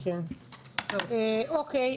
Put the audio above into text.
אוקיי.